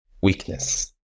weakness